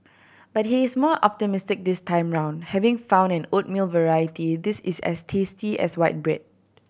but he is more optimistic this time round having found an oatmeal variety this is as tasty as white bread